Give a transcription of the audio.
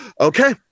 okay